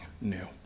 new